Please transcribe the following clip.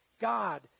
God